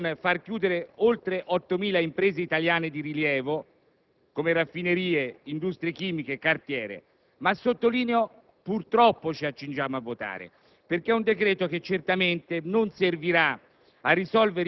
per non far chiudere oltre 8.000 imprese italiane di rilievo, come raffinerie, industrie chimiche e cartiere. Sottolineo "purtroppo" perché è un decreto-legge che certamente non servirà